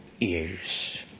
ears